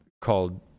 called